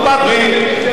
שמעתי.